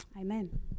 Amen